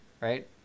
right